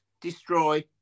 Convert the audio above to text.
destroy